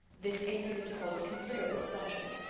this incident caused considerable astonishment,